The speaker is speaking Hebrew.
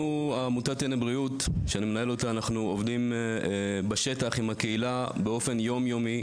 עמותת "טנא בריאות" שבראשותי עובדת בשטח עם הקהילה יום-יום.